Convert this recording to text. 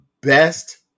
best